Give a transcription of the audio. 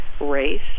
race